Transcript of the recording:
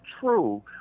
true